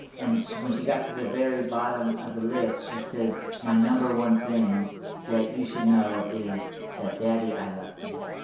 and, when she got to the very bottom of the list, she says, my number one thing that you should know is that, daddy, i love you.